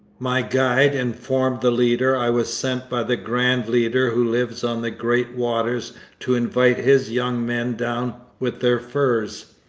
my guide informed the leader i was sent by the grand leader who lives on the great waters to invite his young men down with their furs.